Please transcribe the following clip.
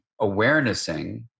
awarenessing